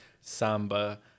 samba